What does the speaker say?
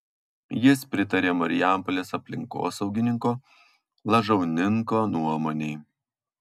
jis pritarė marijampolės aplinkosaugininko lažauninko nuomonei